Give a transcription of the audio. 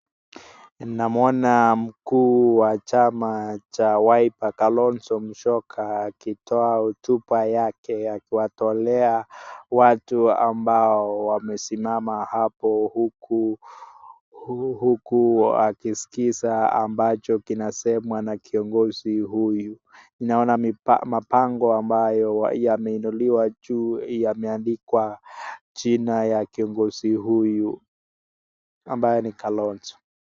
Ninamwona mkuu wa chama cha Wiper Kalonzo Msyoka akitoa hotuba yake akiwatolea watu ambao wamesimama hapo huku wakisikiza ambacho kinasemwa na kiongozi huyu. Ninaona mapango ambayo yameinuliwa juu yameandikwa jina ya kiongozi huyu ambaye ni Kalonzo.